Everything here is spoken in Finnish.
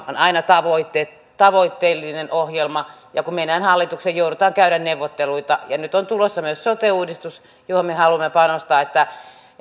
on aina tavoite tavoitteellinen ohjelma ja kun mennään hallitukseen joudutaan käymään neuvotteluita nyt on tulossa myös sote uudistus johon me haluamme panostaa